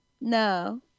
no